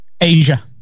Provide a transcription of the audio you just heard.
Asia